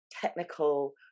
technical